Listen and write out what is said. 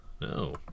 No